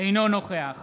אינו נוכח